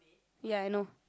ya I know